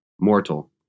Mortal